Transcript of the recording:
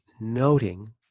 noting